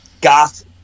goth